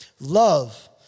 love